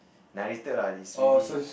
narrator lah is really